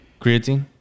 Creatine